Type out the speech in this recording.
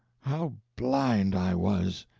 how blind i was!